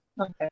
okay